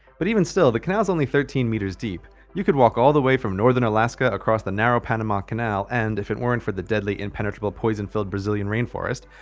but even still the canal is only thirteen meters deep. you could walk all the way from northern alaska across the narrow panama canal and, if it weren't for the deadly, impenetrable, poison filled brazilian rain forest,